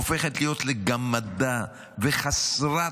הופכת להיות לגמדה וחסרת